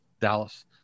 Dallas